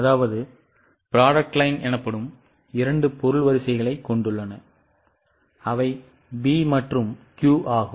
அவை P மற்றும் Q ஆகும்